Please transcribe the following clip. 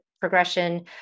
progression